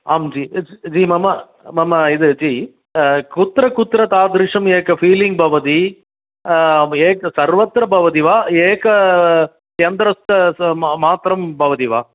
आं जि जि मम मम एतद् जि कुत्र कुत्र तादृशम् एक फ़ीलिङ् भवति एक सर्वत्र भवति वा एक यन्त्रस्य मा मात्रं भवति वा